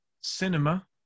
Cinema